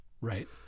Right